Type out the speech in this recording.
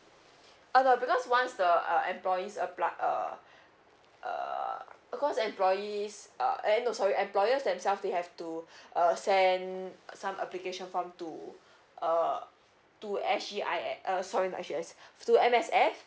oh no because once the uh employees apply uh uh because employees uh eh no sorry employers themselves they have to uh send some application form to uh to S_G_I_S uh sorry not S_G_I_S to M_S_F